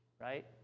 right